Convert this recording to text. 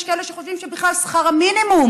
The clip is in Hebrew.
יש כאלה שחושבים שבכלל, שכר המינימום